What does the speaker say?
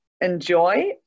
enjoy